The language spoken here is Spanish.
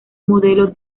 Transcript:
modelo